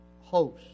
host